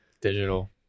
digital